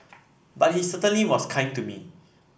but he certainly was kind to me